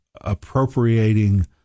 appropriating